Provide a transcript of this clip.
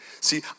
See